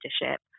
leadership